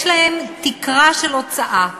יש להם תקרה של הוצאה,